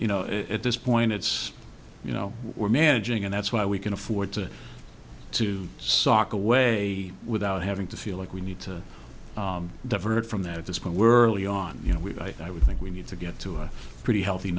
you know at this point it's you know we're managing and that's why we can afford to to sock away without having to feel like we need to divert from that at this point were leon you know i would think we need to get to a pretty healthy